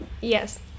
Yes